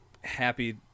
happy